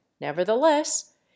nevertheless